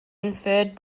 inferred